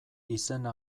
izena